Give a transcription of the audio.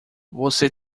você